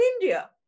India